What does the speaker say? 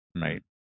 right